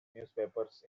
newspapers